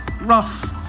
rough